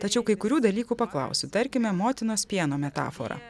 tačiau kai kurių dalykų paklausiu tarkime motinos pieno metaforą